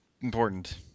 important